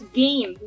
game